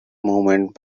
movement